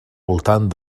voltant